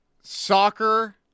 soccer